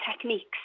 techniques